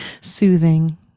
soothing